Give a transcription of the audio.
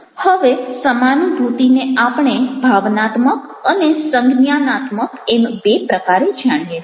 હવે સમાનુભૂતિને આપણે ભાવનાત્મક અને સંજ્ઞાનાત્મક એમ બે પ્રકારે જાણીએ છીએ